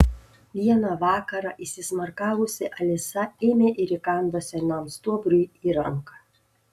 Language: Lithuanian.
vieną vakarą įsismarkavusi alisa ėmė ir įkando senam stuobriui į ranką